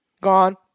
gone